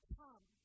come